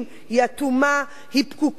היא אטומה, היא פקוקה,